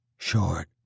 Short